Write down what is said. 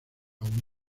aún